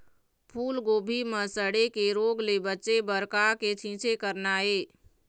फूलगोभी म सड़े के रोग ले बचे बर का के छींचे करना ये?